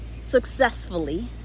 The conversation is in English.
successfully